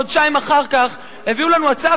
חודשיים אחר כך הביאו לנו הצעה,